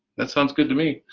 that sounds good to me.